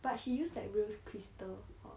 but she use like rose crystal